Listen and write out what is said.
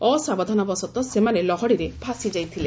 ଅସାବଧାନତାବଶତଃ ସେମାନେ ଲହଡ଼ିରେ ଭାସିଯାଇଥିଲେ